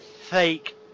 fake